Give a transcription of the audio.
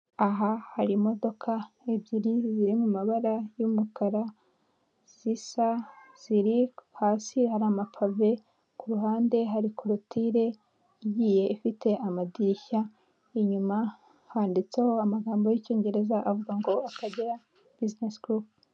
aha hari imodoka ebyiri ziri mumabara y'umukara zisa ziri hasi hari amapave kuruhande hari korotire ifite amadirishya inyuma handitse amagambo y'icyongereza avuga ngo akagera business group